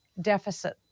deficit